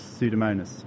Pseudomonas